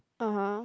(uh huh)